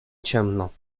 ciemno